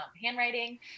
handwriting